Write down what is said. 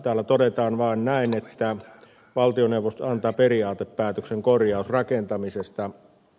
täällä todetaan vaan näin että valtioneuvosto antaa periaatepäätöksen korjausrakentamisesta